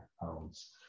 pounds